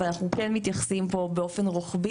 אבל אנחנו כן מתייחסים פה באופן רוחבי